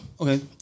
Okay